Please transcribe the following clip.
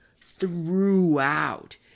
throughout